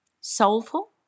soulful